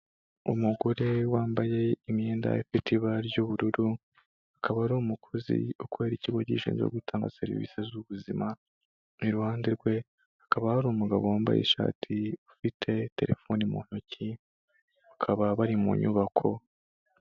Umugore wambaye imyenda ifite ibara ry'ubururu, akaba ari umukozi ukorera ikigo gishinzwe gutanga serivisi z'ubuzima, iruhande rwe hakaba hari umugabo wambaye ishati, ufite telefoni mu ntoki, bakaba bari mu nyubako.